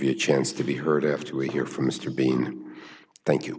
you a chance to be heard after we hear from mr bean thank you